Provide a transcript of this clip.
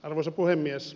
arvoisa puhemies